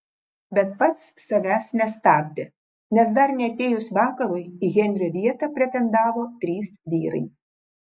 bet pats savęs nestabdė nes dar neatėjus vakarui į henriko vietą pretendavo trys vyrai